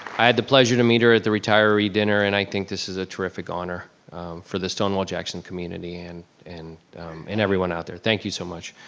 i had the pleasure to meet her at the retiree dinner and i think this is a terrific honor for the stonewall jackson community and and and everyone out there, thank you so much.